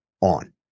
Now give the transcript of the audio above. on